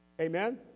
Amen